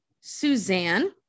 suzanne